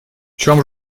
чем